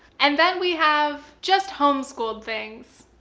and then we have just homeschooled things.